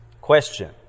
Question